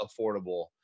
affordable